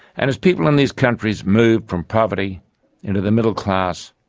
and as people in these countries moved from poverty into the middle class,